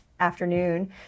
afternoon